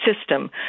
system